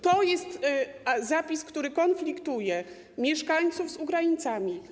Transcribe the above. To jest zapis, który konfliktuje mieszkańców z Ukraińcami.